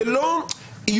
זה לא איום.